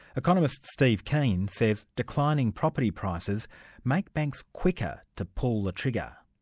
economist steve keen says declining property prices make banks quicker to pull the trigger.